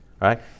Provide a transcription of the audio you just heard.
Right